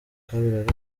kabiri